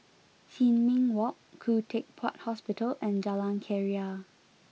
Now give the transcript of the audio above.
Sin Ming Walk Khoo Teck Puat Hospital and Jalan Keria